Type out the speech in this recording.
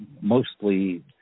mostly